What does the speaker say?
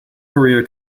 career